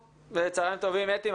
צוהריים טובים אתי,